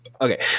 okay